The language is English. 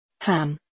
Ham